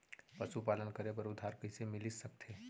पशुपालन करे बर उधार कइसे मिलिस सकथे?